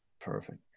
perfect